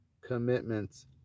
commitments